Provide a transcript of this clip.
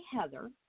Heather